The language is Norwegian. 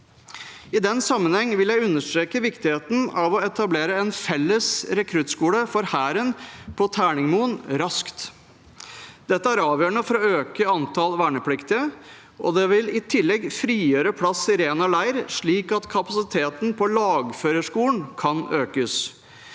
I den sammenhengen vil jeg understreke viktigheten av å etablere en felles rekruttskole for Hæren på Terningmoen raskt. Dette er avgjørende for å øke antall vernepliktige, og det vil i tillegg frigjøre plass i Rena leir, slik at kapasiteten på Lagførerskolen kan økes.